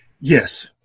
Yes